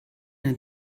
der